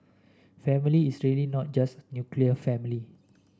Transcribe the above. family is really not just nuclear family